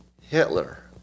Hitler